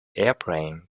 airplane